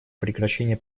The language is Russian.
прекращение